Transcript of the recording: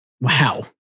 Wow